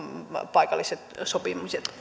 paikalliset sopimiset